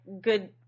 good